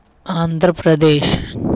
Andhra Pradesh